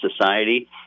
society